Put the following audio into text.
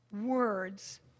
words